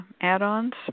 add-ons